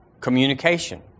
communication